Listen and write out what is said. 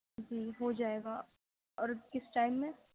جی ہو جائے گا اور کس ٹائم میں